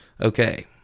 Okay